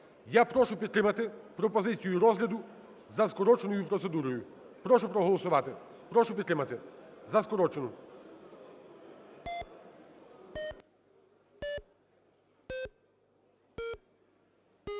Я прошу підтримати пропозицію розгляду за скороченою процедурою, прошу проголосувати, прошу підтримати за скорочену.